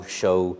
show